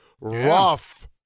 Rough